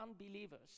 unbelievers